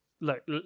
look